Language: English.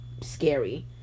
scary